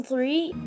Three